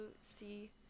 see